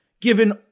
given